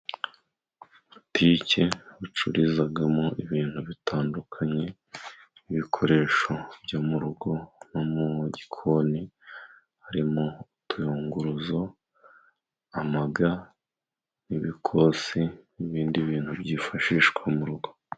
Butike icururizagamo ibintu bitandukanye, ibikoresho byo mu rugo no mu gikoni harimo utuyunguruzo, amaga n'ibikosi n'ibindi bintu byifashishwa mu rugo.